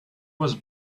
was